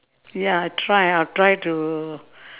ya I'll try I'll try to